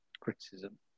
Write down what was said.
criticism